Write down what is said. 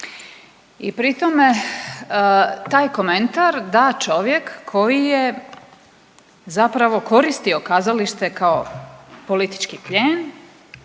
i pri tome taj komentar da čovjek koji je zapravo koristio kazalište kao politički plijen